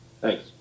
Thanks